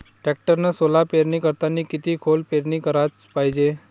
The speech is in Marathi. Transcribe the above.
टॅक्टरनं सोला पेरनी करतांनी किती खोल पेरनी कराच पायजे?